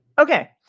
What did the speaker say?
Okay